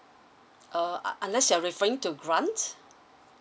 uh unless you're referring to grant